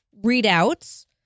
readouts